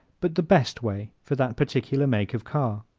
but the best way for that particular make of car.